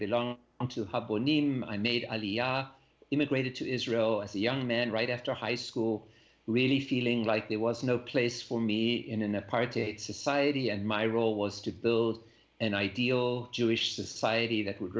belong on to hobble name i made i immigrated to israel as a young man right after high school really feeling like there was no place for me in a party society and my role was to build an ideal jewish society that would